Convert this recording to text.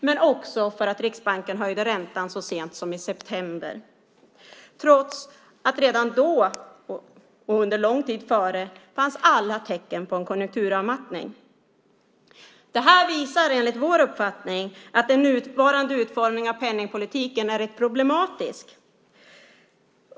Man kritiserar också att Riksbanken höjde räntan så sent som i september, trots att redan då och under lång tid före alla tecken fanns på en konjunkturavmattning. Det här visar enligt vår uppfattning att den nuvarande utformningen av penningpolitiken är rätt problematisk.